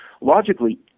Logically